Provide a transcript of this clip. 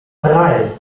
drei